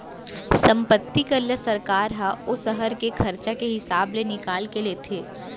संपत्ति कर ल सरकार ह ओ सहर के खरचा के हिसाब ले निकाल के लेथे